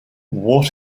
what